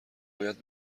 باید